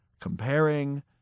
comparing